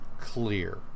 clear